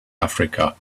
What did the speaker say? africa